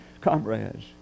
comrades